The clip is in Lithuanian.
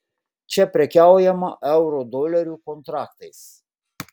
čia prekiaujama eurodolerių kontraktais